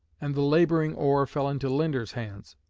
and the laboring oar fell into linder's hands.